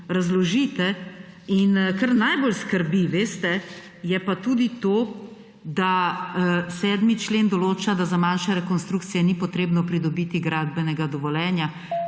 razložite? In kar najbolj skrbi, veste, je pa tudi to, da 7. člen določa, da za manjše rekonstrukcije ni potrebno pridobiti gradbenega dovoljenja.